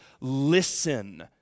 listen